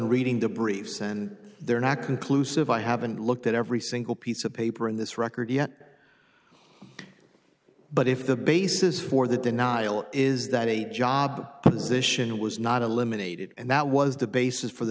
reading the briefs and they're not conclusive i haven't looked at every single piece of paper in this record yet but if the basis for the denial is that a job position was not a limited and that was the basis for the